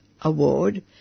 Award